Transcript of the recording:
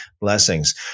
blessings